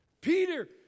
Peter